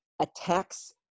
attacks